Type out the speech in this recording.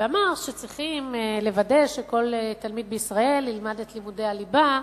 ואמר שצריכים לוודא שכל תלמיד בישראל ילמד את לימודי הליבה,